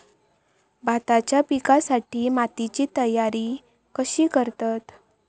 भाताच्या पिकासाठी मातीची तयारी कशी करतत?